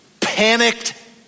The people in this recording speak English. panicked